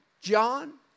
John